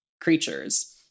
creatures